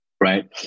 right